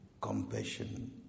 Compassion